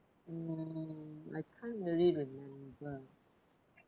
um I can't really remember